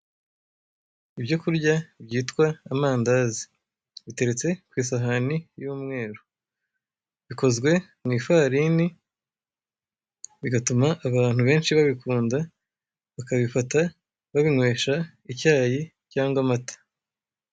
Ibyokurya byitwa amandazi biteretse ku isahani y'umweru, bikozwe mwifarini bigatuma abantu benshi babikunda, bakabifata babinkwesha icyayi cyangwa amata.